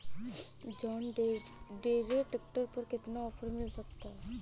John Deere tractor पर कितना offer मिल सकता है?